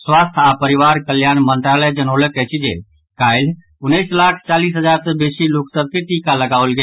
स्वास्थ्य आ परिवार कल्याण मंत्रालय जनौलक अछि जे काल्हि उन्नैस लाख चालीस हजार सॅ बेसी लोक सभ के टीका लगाओल गेल